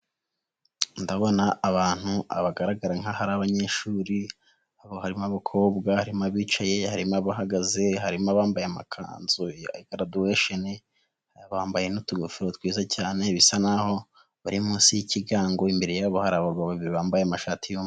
Ndabona abantu bagaragara abanyeshuri, aho harimo abakobwa, harimo abicaye, harimo bahagaze, harimo abambaye amakanzu ya garaduwesheni, bambaye n'utugofero twiza cyane bisa n'aho bari munsi y'ikigango, imbere yabo hari abagabo babiri bambaye amashati y'umwe.